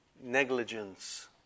Negligence